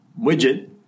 widget